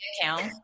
account